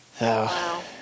Wow